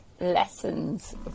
lessons